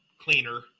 cleaner